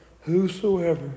whosoever